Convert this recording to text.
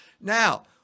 Now